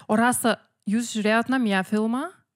o rasa jūs žiūrėjot namie filmą